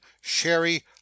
sherry